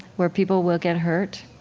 where people will get hurt,